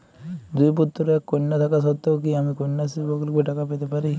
দুই পুত্র এক কন্যা থাকা সত্ত্বেও কি আমি কন্যাশ্রী প্রকল্পে টাকা পেতে পারি?